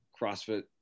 CrossFit